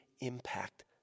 impact